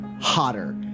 hotter